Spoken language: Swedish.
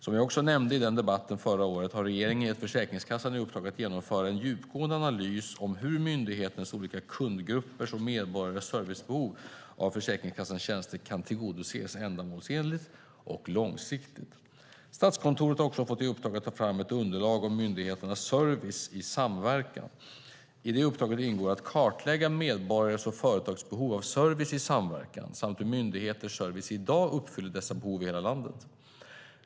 Som jag också nämnde i debatten förra året har regeringen gett Försäkringskassan i uppdrag att genomföra en djupgående analys om hur myndighetens olika kundgruppers och medborgarnas servicebehov av Försäkringskassans tjänster kan tillgodoses ändamålsenligt och långsiktigt. Statskontoret har även fått i uppdrag att ta fram ett underlag om myndigheternas service i samverkan. I uppdraget ingår att kartlägga medborgares och företags behov av service i samverkan samt hur myndigheters service i dag uppfyller dessa behov i hela landet.